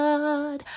God